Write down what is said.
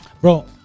Bro